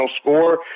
score